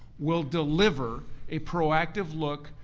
will deliver a proactive look,